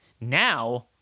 Now